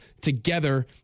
together